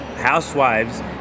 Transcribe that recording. housewives